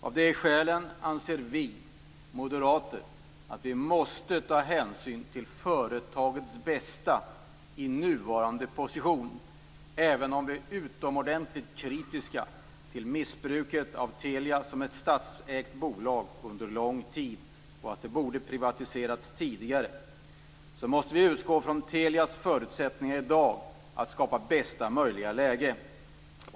Av dessa skäl anser vi moderater att vi måste ta hänsyn till företagets bästa i nuvarande position även om vi är utomordentligt kritiska till missbruket av Telia som ett statsägt bolag under lång tid som borde ha privatiserats tidigare. Vi måste utgå från Telias förutsättningar i dag att skapa bästa möjliga läge.